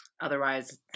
otherwise